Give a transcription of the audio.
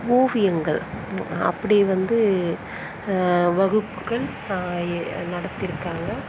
ஓவியங்கள் அப்படி வந்து வகுப்புகள் நடத்திருக்காங்க